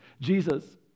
Jesus